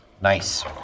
Nice